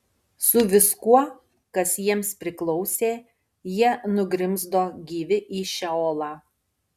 su viskuo kas jiems priklausė jie nugrimzdo gyvi į šeolą